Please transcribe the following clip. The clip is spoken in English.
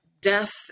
death